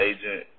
Agent